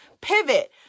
pivot